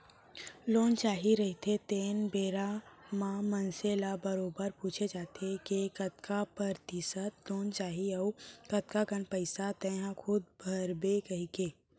loan चाही रहिथे तेन बेरा म मनसे ल बरोबर पूछे जाथे के कतका परतिसत लोन चाही अउ कतका कन पइसा तेंहा खूद भरबे कहिके